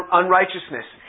unrighteousness